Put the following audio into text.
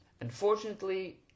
Unfortunately